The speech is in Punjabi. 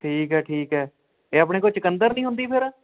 ਠੀਕ ਹੈ ਠੀਕ ਹੈ ਇਹ ਆਪਣੇ ਕੋਲ ਚੁਕੰਦਰ ਨਹੀਂ ਹੁੰਦੀ ਫਿਰ